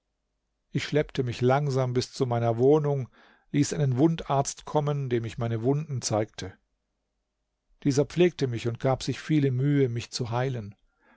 ich schleppte mich langsam bis zu meiner wohnung ließ einen wundarzt kommen dem ich meine wunden zeigte dieser pflegte mich und gab sich viele mühe mich zu heilen